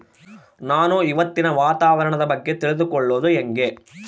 ನಾನು ಇವತ್ತಿನ ವಾತಾವರಣದ ಬಗ್ಗೆ ತಿಳಿದುಕೊಳ್ಳೋದು ಹೆಂಗೆ?